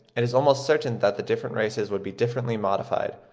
it is almost certain that the different races would be differently modified,